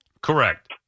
Correct